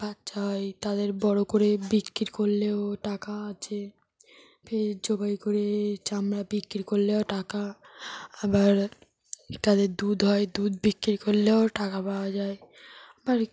বাচ্চা হয় তাদের বড় করে বিক্রি করলেও টাকা আছে ফের জবাই করে চামড়া বিক্রি করলেও টাকা আবার তাদের দুধ হয় দুধ বিক্রি করলেও টাকা পাওয়া যায় আর